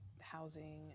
housing